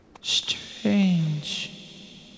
Strange